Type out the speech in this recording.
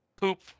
poop